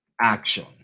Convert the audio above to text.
action